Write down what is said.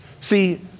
See